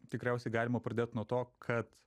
tikriausiai galima pradėt nuo to kad